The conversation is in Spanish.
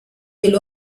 del